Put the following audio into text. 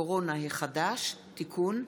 הקורונה החדש) (תיקון),